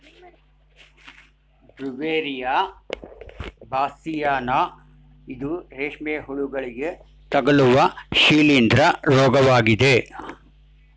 Beauveria bassiana ಇದು ರೇಷ್ಮೆ ಹುಳುಗಳಿಗೆ ತಗಲುವ ಶಿಲೀಂದ್ರ ರೋಗವಾಗಿದೆ